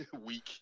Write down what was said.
weak